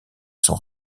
sont